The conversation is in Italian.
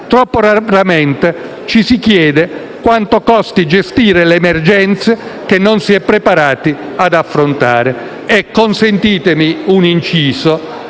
troppo raramente ci si chiede quanto costi gestire le emergenze che non si è preparati ad affrontare. Peraltro - consentitemi un inciso